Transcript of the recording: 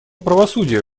правосудия